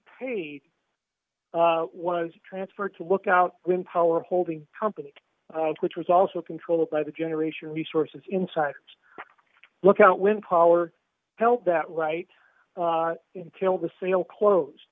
paid was transferred to lookout when power holding company which was also controlled by the generation resources inside look out wind power help that right intil the seal close